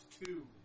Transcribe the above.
two